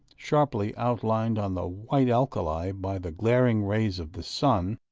sharply outlined on the white alkali by the glaring rays of the sun,